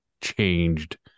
changed